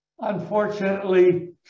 Unfortunately